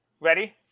Ready